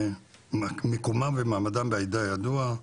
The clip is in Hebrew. מקומם ומעמדם בעדה ידוע,